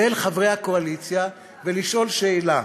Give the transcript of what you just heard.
ואל חברי הקואליציה, ולשאול שאלה: